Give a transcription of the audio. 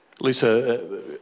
Lisa